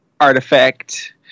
artifact